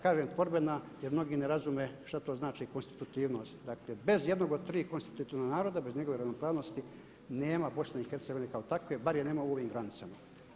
Kažem tvorbena jer mnogi ne razume što to znači konstitutivnost, dakle bez jednog od tri konstitutivnog naroda, bez njegove ravnopravnosti nema BiH kao takve, bar je nema u ovim granicama.